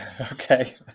Okay